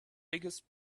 biggest